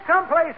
someplace